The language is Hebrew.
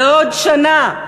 בעוד שנה.